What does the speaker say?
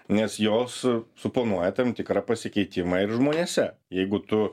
nes jos suponuoja tam tikrą pasikeitimą ir žmonėse jeigu tu